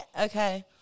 Okay